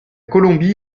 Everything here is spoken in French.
colombie